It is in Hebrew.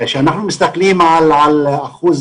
כשאנחנו מסתכלים על אחוז